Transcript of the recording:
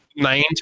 Nine